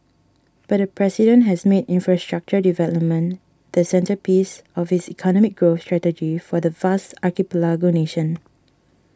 but the president has made infrastructure development the centrepiece of his economic growth strategy for the vast archipelago nation